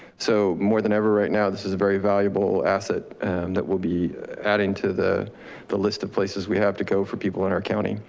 so more than ever right now this is a very valuable asset that we'll be adding to the the list of places we have to go for people in our county.